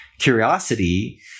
curiosity